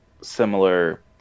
similar